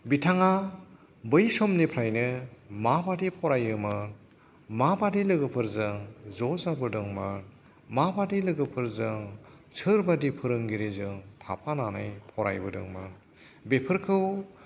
बिथाङा बै समनिफ्रायनो माबादि फरायोमोन मा बादि लोगोफोरजों ज' जाबोदोंमोन मा बादि लोगोफोरजों सोरबादि फोरोंगिरिजों थाफानानै फरायबोदोंमोन बेफोरखौ